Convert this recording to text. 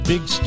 Big